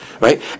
right